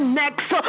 next